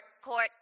court